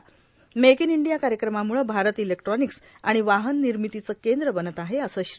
make in India कार्यक्रमामुळे Bharat electronics आणि वाहन निर्मितीचे केंद्र बनत आहे असे श्री